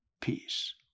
peace